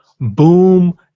boom